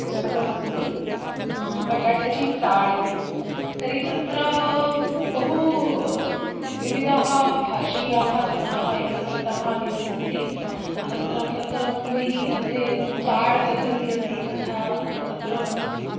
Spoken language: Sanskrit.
पुस्तकमस्ति बटाटाचित् चाळ् इति तर्हि तत्र बहु विविधाः भाषीयाः जनाः एकत्रिताः निवसन्ति अनन्तरं तत् मुम्बै मध्ये यद् चाळ्पद्धतिः अस्ति तथा तत्र